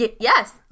Yes